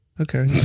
okay